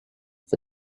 for